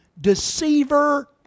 deceiver